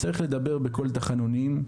צריך לדבר בקול תחנונים,